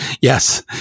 yes